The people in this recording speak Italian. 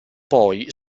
poi